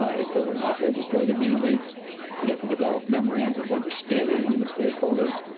if there were not legislative mandates you'd have to develop memorandums of understanding among the stakeholder,